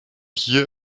hier